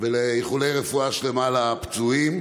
ולאיחולי רפואה שלמה לפצועים.